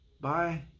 Bye